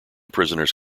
prisoners